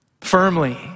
firmly